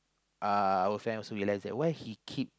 uh our friend also realised that why he keep